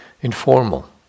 informal